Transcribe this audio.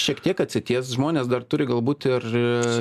šiek tiek atsities žmonės dar turi galbūt ir